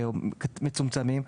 מצומצמים,